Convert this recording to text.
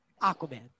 Aquaman